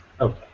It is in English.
Okay